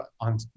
on